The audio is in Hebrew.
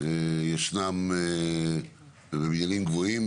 ישנם בניינים גבוהים,